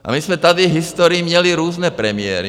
A my jsme tady v historii měli různé premiéry.